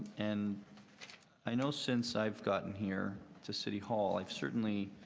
and i know since i've gotten here to city hall, i've certainly